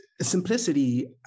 simplicity